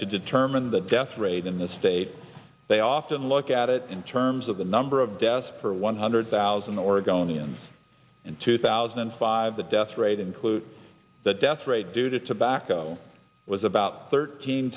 to determine the death rate in this state they often look at it in terms of the number of deaths per one hundred thousand oregonians in two thousand and five the death rate includes the death rate due to tobacco was about thirteen